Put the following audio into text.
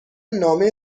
نامه